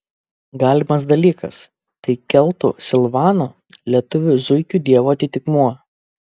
galimas dalykas tai keltų silvano lietuvių zuikių dievo atitikmuo